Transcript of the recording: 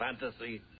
fantasy